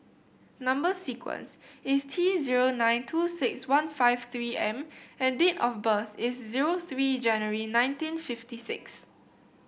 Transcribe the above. number sequence is T zero nine two six one five three M and date of birth is zero three January nineteen fifty six